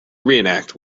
reenact